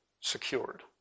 secured